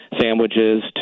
sandwiches